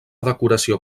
decoració